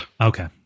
Okay